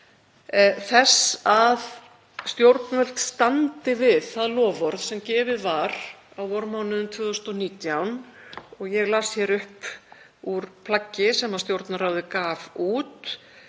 að stjórnvöld standi við það loforð sem gefið var á vormánuðum 2019, og ég las hér upp úr plaggi sem Stjórnarráðið gaf út,